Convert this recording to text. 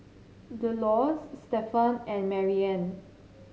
Delores Stefan and Marianne